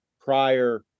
prior